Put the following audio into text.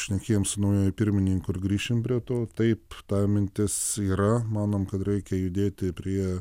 šnekėjom su naujuoju pirmininku ar grįšim prie to taip ta mintis yra manom kad reikia judėti prie